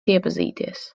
iepazīties